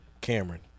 Cameron